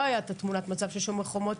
הייתה תמונת המצב הזאת של "שומר החומות",